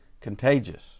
contagious